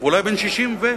ואולי בן 60 ו-,